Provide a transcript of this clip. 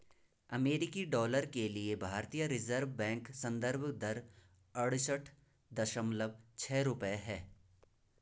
अमेरिकी डॉलर के लिए भारतीय रिज़र्व बैंक संदर्भ दर अड़सठ दशमलव छह रुपये है